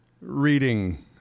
reading